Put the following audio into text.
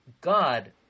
God